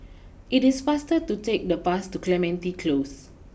it is faster to take the bus to Clementi close